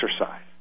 exercise